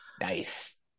Nice